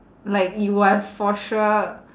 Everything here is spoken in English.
like you are for sure